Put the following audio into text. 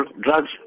drugs